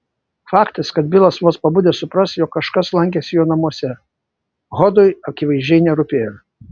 faktas kad bilas vos pabudęs supras jog kažkas lankėsi jo namuose hodui akivaizdžiai nerūpėjo